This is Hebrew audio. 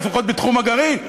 לפחות בתחום הגרעין.